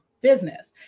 business